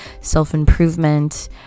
self-improvement